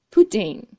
Pudding